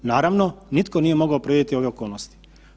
Naravno, nitko nije mogao predvidjeti ove okolnosti.